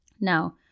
Now